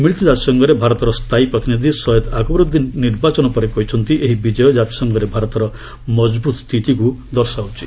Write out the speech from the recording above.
ମିଳିତ ଜାତିସଂଘରେ ଭାରତର ସ୍ଥାୟୀ ପ୍ରତିନିଧି ସୟଦ୍ ଆକବରୁଦ୍ଦିନ୍ ନିର୍ବାଚନ ପରେ କହିଛନ୍ତି ଏହି ବିଜୟ କାତିସଂଘରେ ଭାରତର ମଜବୁତ୍ ସ୍ଥିତିକୁ ଦର୍ଶାଉଛି